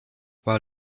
while